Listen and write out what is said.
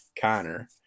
Connor